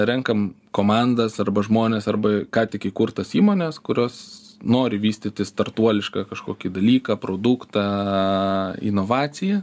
renkam komandas arba žmonės arba ką tik įkurtas įmonės kurios nori vystyti startuolišką kažkokį dalyką produktą inovacija